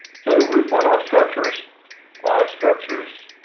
so roof runoff structures are structures